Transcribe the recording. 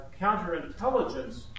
counterintelligence